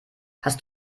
hast